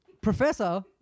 professor